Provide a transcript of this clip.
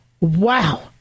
wow